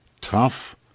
Tough